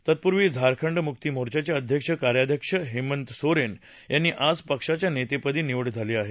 तत्पूर्वी झारखंड म्क्ती मोर्चाचे अध्यक्ष कार्याध्यक्ष हेमंत सोरेन यांची आज पक्षाच्या नेतेपदी निवड झाली आहे